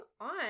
on